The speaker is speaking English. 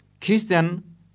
Christian